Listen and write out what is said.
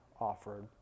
offered